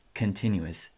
continuous